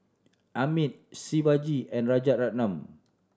Amit Shivaji and Rajaratnam